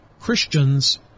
Christians